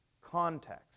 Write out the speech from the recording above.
Context